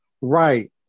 Right